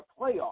playoff